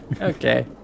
okay